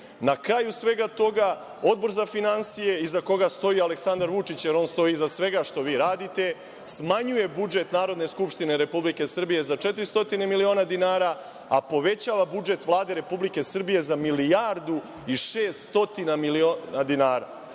kraju svega toga Odbor za finansije, iza koga stoji Aleksandar Vučić, jer on stoji iza svega što vi radite, smanjuje budžet Narodne skupštine Republike Srbije za 400 miliona dinara, a povećava budžet Vlade Republike Srbije za milijardu i 600 miliona dinara. To